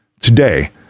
Today